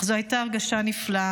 אך זאת הייתה הרגשה נפלאה.